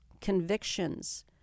convictions